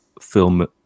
film